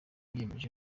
biyemeje